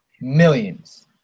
millions